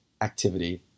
activity